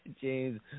James